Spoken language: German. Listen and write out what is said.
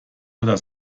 oder